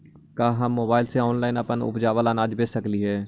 का हम मोबाईल से ऑनलाइन अपन उपजावल अनाज बेच सकली हे?